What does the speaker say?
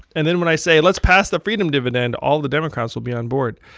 and then when i say, let's pass the freedom dividend, all the democrats will be onboard.